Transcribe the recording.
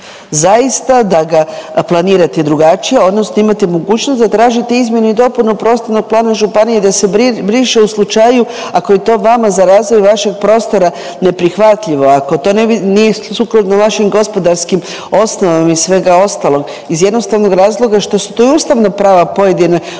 zaista da ga planirate drugačije, odnosno da imate mogućnost da tražite izmjenu i dopunu prostornog plana županije i da se briše u slučaju ako je to vama za razvoj vašeg prostora neprihvatljivo, ako to nije sukladno vašim gospodarskim osnovama i svega ostalog iz jednostavnog razloga što su to i ustavna prava pojedine općine